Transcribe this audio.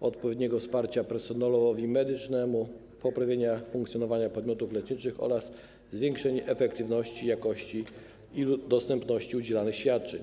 odpowiedniego wsparcia personelowi medycznemu, poprawienie funkcjonowania podmiotów leczniczych oraz zwiększenie efektywności, jakości i dostępności udzielanych świadczeń.